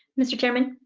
mr. chairman?